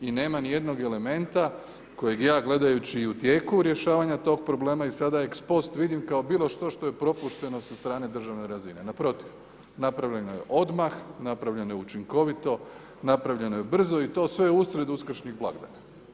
I nema ni jednog elementa kojeg ja gledajući i u tijeku rješavanja tog problema i sada ex post vidim kao bilo što što je propušteno sa strane državne razine, naprotiv, napravljeno je odmah, napravljeno je učinkovito, napravljeno je brzo i to sve usred uskršnjih blagdana.